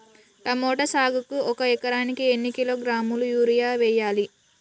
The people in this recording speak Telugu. టమోటా సాగుకు ఒక ఎకరానికి ఎన్ని కిలోగ్రాముల యూరియా వెయ్యాలి?